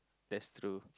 that's true